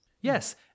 Yes